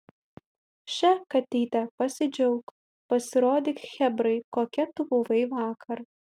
še katyte pasidžiauk pasirodyk chebrai kokia tu buvai vakar